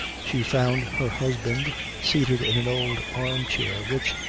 she found her husband seated in an old arm-chair, which,